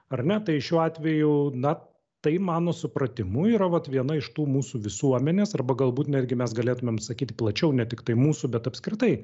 ar ne tai šiuo atveju na tai mano supratimu yra vat viena iš tų mūsų visuomenės arba galbūt netgi mes galėtumėm sakyti plačiau ne tiktai mūsų bet apskritai